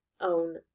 own